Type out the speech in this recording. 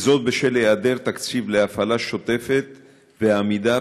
וזאת בשל היעדר תקציב להפעלה שוטפת ולעמידה